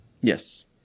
Yes